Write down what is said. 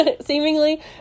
seemingly